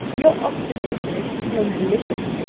your observation is so malicious,